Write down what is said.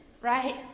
right